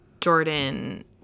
Jordan